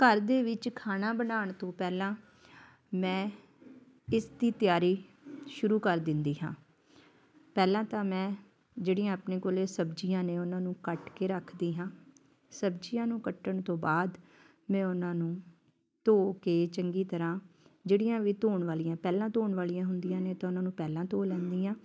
ਘਰ ਦੇ ਵਿੱਚ ਖਾਣਾ ਬਣਾਉਣ ਤੋਂ ਪਹਿਲਾਂ ਮੈਂ ਇਸ ਦੀ ਤਿਆਰੀ ਸ਼ੁਰੂ ਕਰ ਦਿੰਦੀ ਹਾਂ ਪਹਿਲਾਂ ਤਾਂ ਮੈਂ ਜਿਹੜੀਆਂ ਆਪਣੇ ਕੋਲ ਸਬਜ਼ੀਆਂ ਨੇ ਉਹਨਾਂ ਨੂੰ ਕੱਟ ਕੇ ਰੱਖਦੀ ਹਾਂ ਸਬਜ਼ੀਆਂ ਨੂੰ ਕੱਟਣ ਤੋਂ ਬਾਅਦ ਮੈਂ ਉਹਨਾਂ ਨੂੰ ਧੋ ਕੇ ਚੰਗੀ ਤਰ੍ਹਾਂ ਜਿਹੜੀਆਂ ਵੀ ਧੋਣ ਵਾਲੀਆਂ ਪਹਿਲਾਂ ਧੋਣ ਵਾਲੀਆਂ ਹੁੰਦੀਆਂ ਨੇ ਤਾਂ ਉਹਨਾਂ ਨੂੰ ਪਹਿਲਾਂ ਧੋ ਲੈਂਦੀ ਹਾਂ